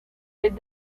les